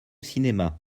cinéma